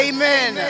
Amen